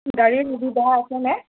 গাড়ীৰ সুবিধা আছে নে